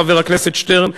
חבר הכנסת שטרן,